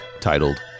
titled